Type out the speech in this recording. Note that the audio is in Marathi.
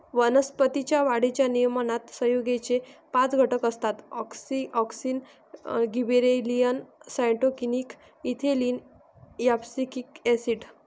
वनस्पतीं च्या वाढीच्या नियमनात संयुगेचे पाच गट असतातः auxin, gibberellin, cytokinin, ethylene, abscisic acid